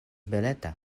beleta